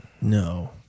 No